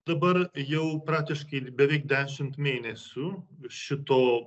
dabar jau praktiškai beveik dešimt mėnesių šito